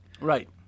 right